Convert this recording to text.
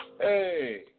Hey